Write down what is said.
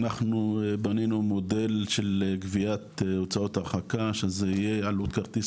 אנחנו בנינו מודל של גביית הוצאות הרחקה שזה יהיה עלות כרטיס